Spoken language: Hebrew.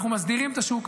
אנחנו מסדירים את השוק.